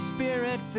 Spirit